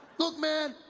look man,